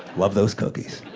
love those cookies.